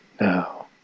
now